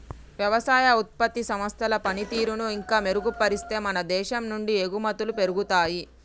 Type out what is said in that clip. వ్యవసాయ ఉత్పత్తి సంస్థల పనితీరును ఇంకా మెరుగుపరిస్తే మన దేశం నుండి ఎగుమతులు పెరుగుతాయి